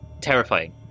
Terrifying